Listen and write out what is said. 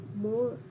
more